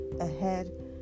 ahead